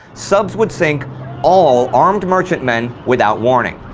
subs would sink all armed merchantmen without warning.